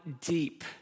Deep